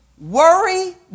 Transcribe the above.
worry